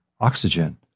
oxygen